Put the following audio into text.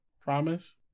Promise